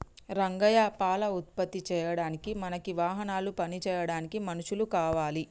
రంగయ్య పాల ఉత్పత్తి చేయడానికి మనకి వాహనాలు పని చేయడానికి మనుషులు కావాలి